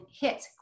hit